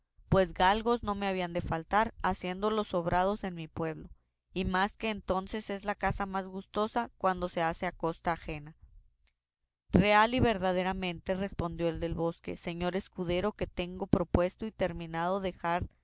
pues galgos no me habían de faltar habiéndolos sobrados en mi pueblo y más que entonces es la caza más gustosa cuando se hace a costa ajena real y verdaderamente respondió el del bosque señor escudero que tengo propuesto y determinado de dejar